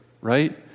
right